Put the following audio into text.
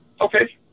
Okay